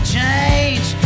change